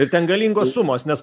ir ten galingos sumos nes